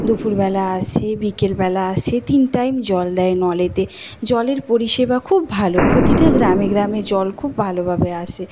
দুপুরবেলা আসে বিকেলবেলা আসে তিন টাইম জল দেয় নলেতে জলের পরিষেবা খুব ভালো প্রতিটি গ্রামে গ্রামে জল খুব ভালোভাবে আসে